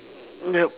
nope